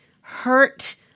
hurt